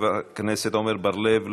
חבר הכנסת עמר בר-לב,